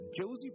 Josie